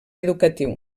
educatiu